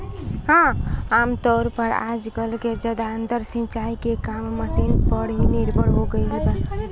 आमतौर पर आजकल के ज्यादातर सिंचाई के काम मशीन पर ही निर्भर हो गईल बा